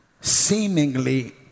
seemingly